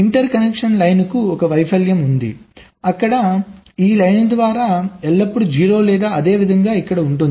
inter connection line కు ఒక వైఫల్యం ఉంది అక్కడ ఈ లైన్ ద్వారా ఎల్లప్పుడూ 0 లేదా అదేవిధంగా ఇక్కడ ఉంటుంది